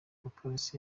umupolisi